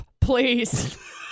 Please